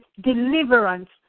deliverance